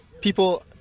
people